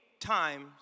times